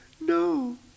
no